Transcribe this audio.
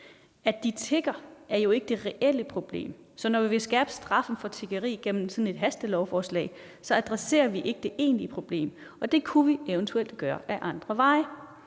At de tigger, er jo ikke det reelle problem. Så når vi vil skærpe straffen for tiggeri igennem sådan et hastelovforslag, adresserer vi ikke det egentlige problem, og det kunne vi eventuelt gøre ad andre veje.